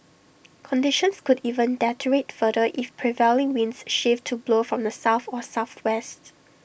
conditions could even deteriorate further if prevailing winds shift to blow from the south or southwest